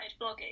blogging